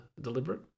deliberate